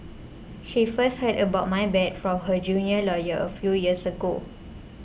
she first heard about my bad from her junior lawyer a few years ago